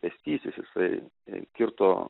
pėstysis jisai e kirto